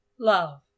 Love